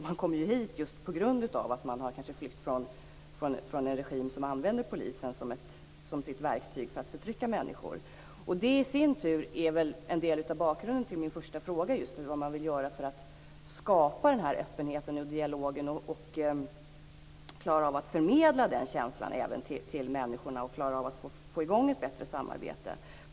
Man kom ju hit just på grund av att man kanske har flytt från en regim som använder polisen som sitt verktyg för att förtrycka människor. Det i sin tur är väl en del av bakgrunden till min första fråga om vad man vill göra för att skapa den här öppenheten och dialogen och för att klara av att förmedla den känslan även till människorna och få i gång ett bättre samarbete.